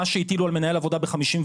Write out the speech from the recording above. מה שהטילו על מנהל עבודה ב-54,